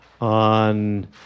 on